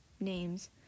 names